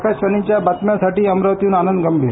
आकाशवाणी बातम्यांसाठी अमरावतीहन आनंद गंभीर